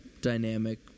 dynamic